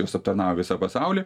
jos aptarnavo visą pasaulį